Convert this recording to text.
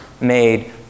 made